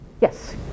Yes